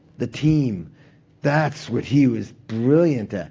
the team that's what he was brilliant at.